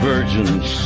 virgins